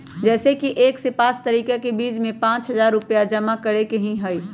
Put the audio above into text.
जैसे कि एक से पाँच तारीक के बीज में पाँच हजार रुपया जमा करेके ही हैई?